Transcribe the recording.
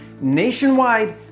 nationwide